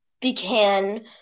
began